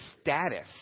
status